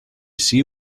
see